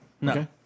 no